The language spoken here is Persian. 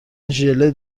ژله